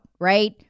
Right